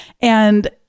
And-